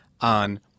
on